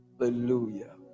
Hallelujah